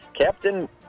Captain